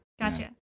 Gotcha